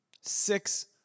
Six